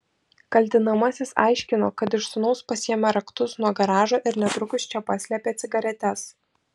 kaltinamasis aiškino kad iš sūnaus pasiėmė raktus nuo garažo ir netrukus čia paslėpė cigaretes